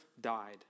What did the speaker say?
died